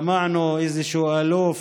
שמענו איזשהו אלוף,